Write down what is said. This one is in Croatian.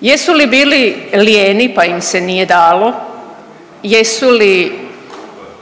Jesu li bili lijeni, pa im se nije dalo, jesu li